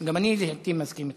גם אני לעתים מסכים אתך.